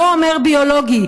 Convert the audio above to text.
לא אומר "ביולוגי",